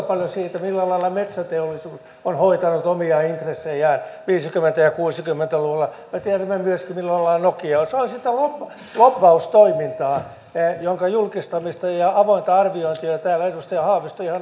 euroopassa eletään hyvinkin poikkeuksellista aikaa on hoitanut omia intressejään viisikymmentä kuusikymmentä luvulla tekemään myös ilolla nokia ukrainan tilanne ja turvapaikanhakijatilanne ainakin kaksi asiaa heti kärjessä